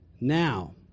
now